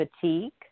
fatigue